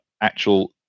actual